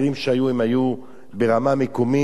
היו ברמה מקומית,